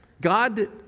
God